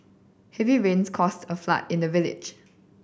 heavy rains caused a flood in the village